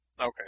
Okay